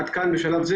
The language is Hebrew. עד כאן הדברים שלי,